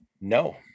No